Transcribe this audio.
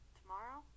tomorrow